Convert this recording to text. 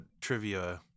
Trivia